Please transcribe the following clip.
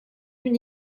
bin